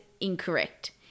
incorrect